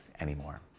anymore